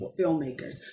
filmmakers